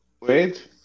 Wait